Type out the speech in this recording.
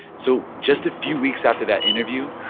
so just a few weeks after that interview.